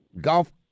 golf